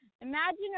imagine